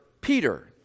Peter